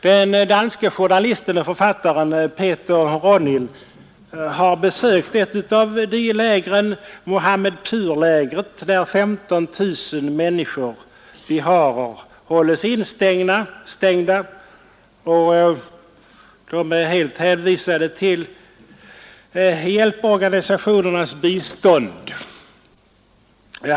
Den danske journalisten och författaren Peter Ronild har besökt ett av de lägren, Mohammedpurlägret, där 15 000 biharer hålls instängda. De är helt hänvisade till hjälporganisationernas bistånd.